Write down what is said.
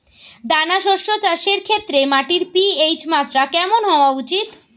দানা শস্য চাষের ক্ষেত্রে মাটির পি.এইচ মাত্রা কেমন হওয়া উচিৎ?